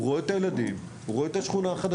הוא ראה את הילדים, הוא ראה את השכונה החדשה.